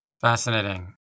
Fascinating